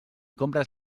compres